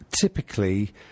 typically